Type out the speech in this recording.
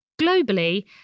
Globally